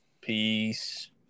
peace